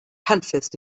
handfeste